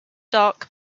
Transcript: dark